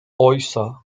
oysa